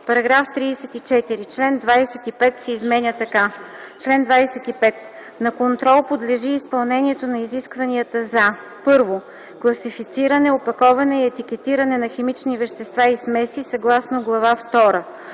„§ 34. Член 25 се изменя така: „Чл. 25. На контрол подлежи изпълнението на изискванията за: 1. класифициране, опаковане и етикетиране на химични вещества и смеси съгласно Глава